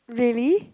really